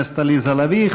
תודה לחברת הכנסת עליזה לביא.